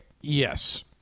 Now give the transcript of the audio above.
Yes